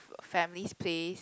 family's place